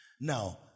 Now